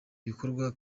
bikorwa